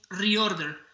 reorder